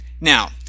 Now